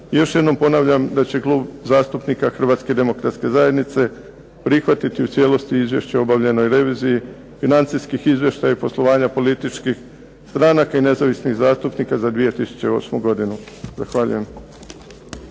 još jednom ponavljam da će Klub zastupnika Hrvatske demokratske zajednice prihvatiti u cijelosti Izvješće o obavljenoj reviziji financijskih izvještaja i poslovanja političkih stranaka i nezavisnih zastupnika za 2008. godinu. Zahvaljujem.